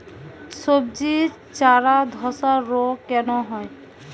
সবজির চারা ধ্বসা রোগ কেন হয়?